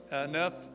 enough